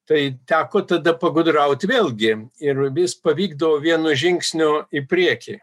tai teko tada pagudraut vėlgi ir vis pavykdavo vienu žingsniu į priekį